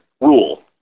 rule